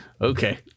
Okay